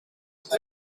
het